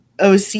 OC